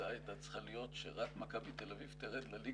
ההצעה היתה צריכה להיות שרק מכבי תל אביב תרד לליגה